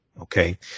Okay